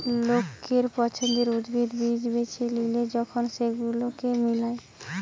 লোকের পছন্দের উদ্ভিদ, বীজ বেছে লিয়ে যখন সেগুলোকে মিলায়